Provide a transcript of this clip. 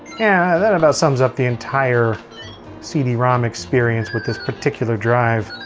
that about sums up the entire cd-rom experience with this particular drive.